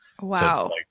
Wow